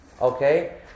Okay